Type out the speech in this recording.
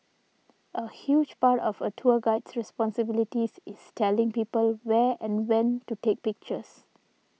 a huge part of a tour guide's responsibilities is telling people where and when to take pictures